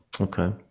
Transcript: okay